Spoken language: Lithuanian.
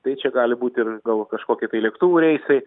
tai čia gali būti ir gal kažkokie tai lėktuvų reisai